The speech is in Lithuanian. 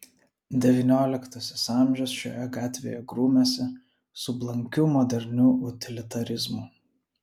devynioliktasis amžius šioje gatvėje grūmėsi su blankiu moderniu utilitarizmu